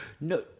no